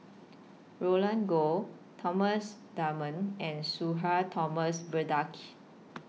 Roland Goh Thomas Dunman and Sudhir Thomas Vadaketh